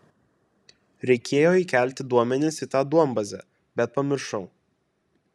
reikėjo įkelti duomenis į tą duombazę bet pamiršau